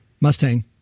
Mustang